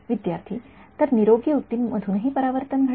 विद्यार्थी तर निरोगी ऊतींमधूनही परावर्तन घडेल